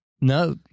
no